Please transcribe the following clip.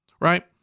right